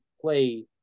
play